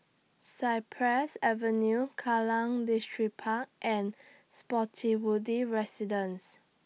Cypress Avenue Kallang Distripark and Spottiswoode Residences